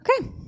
Okay